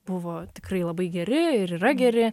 buvo tikrai labai geri ir yra geri